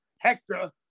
Hector